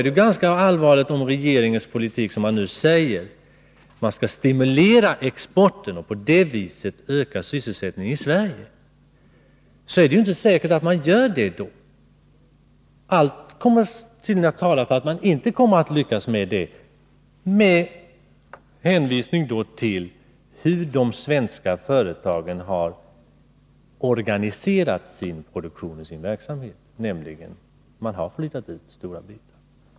Det sägs nu att regeringens politik innebär att man skall stimulera exporten och på det viset öka sysselsättningen i Sverige, men det är inte säkert att så sker. Allt talar för att man inte kommer att lyckas med detta — med tanke på hur de svenska företagen har organiserat sin produktion och sin verksamhet.